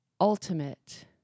ultimate